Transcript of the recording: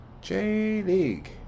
J-League